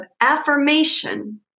affirmation